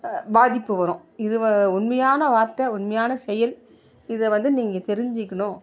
பாதிப்பு வரும் இது உண்மையான வார்த்தை உண்மையான செயல் இதை வந்து நீங்கள் தெரிஞ்சிக்கணும்